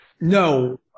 No